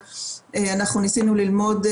כמו שאמרתי,